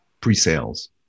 Pre-sales